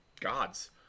gods